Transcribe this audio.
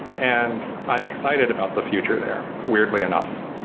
and i'm excited about the future there weirdly enough.